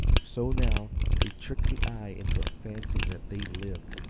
so now they tricked the eye into a fancy that they lived.